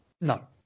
No